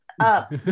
up